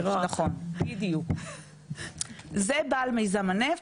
זה בעל מיזם הנפט.